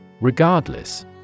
Regardless